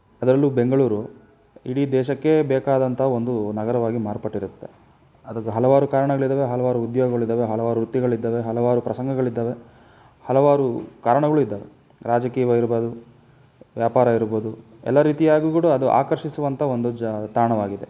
ಅದರಲ್ಲೂ ಬೆಂಗಳೂರು ಇಡೀ ದೇಶಕ್ಕೇ ಬೇಕಾದಂಥ ಒಂದು ನಗರವಾಗಿ ಮಾರ್ಪಟ್ಟಿರುತ್ತೆ ಅದು ಹಲವಾರು ಕಾರಣಗ್ಳಿದಾವೆ ಹಲವಾರು ಉದ್ಯೋಗಗಳಿದಾವೆ ಹಲವಾರು ವೃತ್ತಿಗಳಿದ್ದಾವೆ ಹಲವಾರು ಪ್ರಸಂಗಗಳಿದ್ದಾವೆ ಹಲವಾರು ಕಾರಣಗಳೂ ಇದ್ದಾವೆ ರಾಜಕೀಯವೇ ಇರ್ಬೋದು ವ್ಯಾಪಾರ ಇರ್ಬೋದು ಎಲ್ಲ ರೀತಿಯಾಗೂ ಕೂಡ ಆಕರ್ಷಿಸುವಂಥ ಒಂದು ಜಾ ತಾಣವಾಗಿದೆ